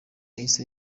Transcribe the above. yahise